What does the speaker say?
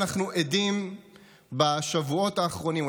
בשבועות האחרונים,